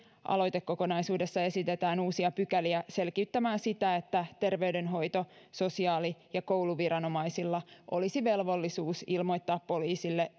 aloitekokonaisuudessa esitetään uusia pykäliä selkiyttämään sitä että terveydenhoito sosiaali ja kouluviranomaisilla olisi velvollisuus ilmoittaa poliisille